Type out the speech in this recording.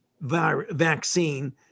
vaccine